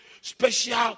special